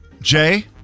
Jay